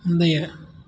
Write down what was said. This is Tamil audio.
முந்தைய